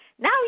Now